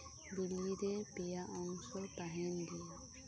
ᱵᱤᱞᱤᱨᱮ ᱯᱮᱭᱟ ᱚᱝᱥᱚ ᱛᱟᱦᱮᱱ ᱜᱮᱭᱟ